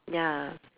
ya